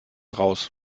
raus